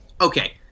okay